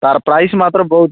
ତା'ର ପ୍ରାଇସ୍ ମାତ୍ର ବହୁତ